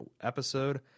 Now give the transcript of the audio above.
episode